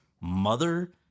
mother